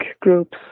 groups